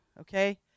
okay